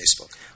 Facebook